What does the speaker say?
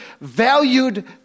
valued